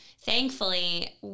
thankfully